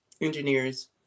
engineers